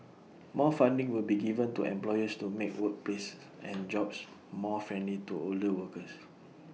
more funding will be given to employers to make workplaces and jobs more friendly to older workers